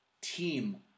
team